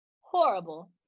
horrible